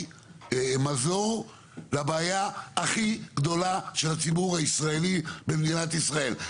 מזור לבעיה הכי גדולה של הציבור הישראלי במדינת ישראל,